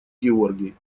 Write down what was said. георгий